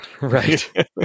Right